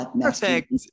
Perfect